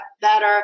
better